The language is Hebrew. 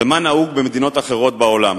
מה נהוג במדינות אחרות בעולם?